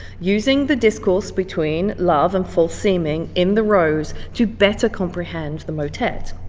using the discourse between love and false-seeming in the rose to better comprehend the motet.